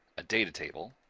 a data table